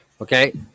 Okay